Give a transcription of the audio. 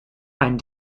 ein